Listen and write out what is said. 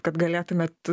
kad galėtumėt